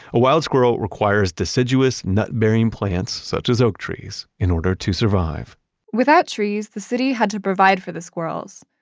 a wild squirrel requires deciduous nut-bearing plants, such as oak trees, in order to survive without trees, the city had to provide for the squirrels.